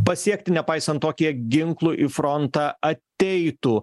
pasiekti nepaisant to kiek ginklų į frontą ateitų